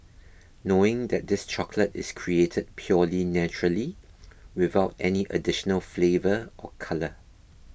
knowing that this chocolate is created purely naturally without any additional flavour or colour